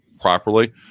properly